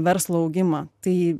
verslo augimą tai